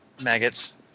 maggots